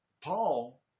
Paul